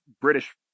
British